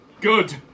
Good